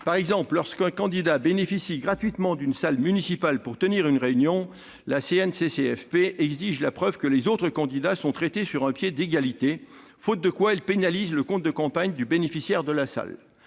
Par exemple, lorsqu'un candidat bénéficie gratuitement d'une salle municipale pour tenir une réunion, la CNCCFP exige la preuve que les autres candidats sont traités sur un pied d'égalité ; à défaut, elle pénalise le compte de campagne du bénéficiaire de la salle.